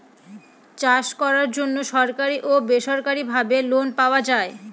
চাষ করার জন্য সরকারি ও বেসরকারি ভাবে লোন পাওয়া যায়